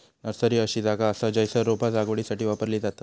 nursery अशी जागा असा जयसर रोपा लागवडीसाठी वापरली जातत